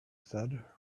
said